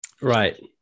Right